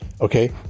okay